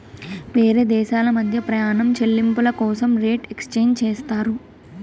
వేరే దేశాల మధ్య ప్రయాణం చెల్లింపుల కోసం రేట్ ఎక్స్చేంజ్ చేస్తారు